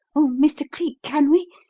oh, mr. cleek, can we?